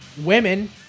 Women